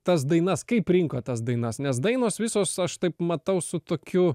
tas dainas kaip rinkot tas dainas nes dainos visos aš taip matau su tokiu